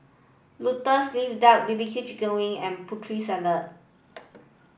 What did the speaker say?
lotus leaf duck B B Q chicken wing and Putri Salad